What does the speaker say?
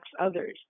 others